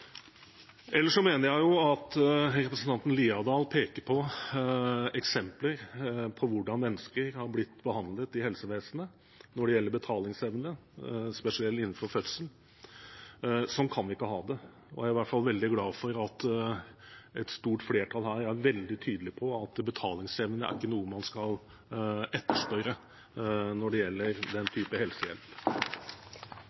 Representanten Haukeland Liadal pekte på eksempler på hvordan mennesker har blitt behandlet i helsevesenet når det gjelder betalingsevne, spesielt innenfor fødsel. Sånn kan vi ikke ha det. Jeg er i hvert fall veldig glad for at et stort flertall her er veldig tydelig på at betalingsevne ikke er noe man skal etterspørre når det gjelder den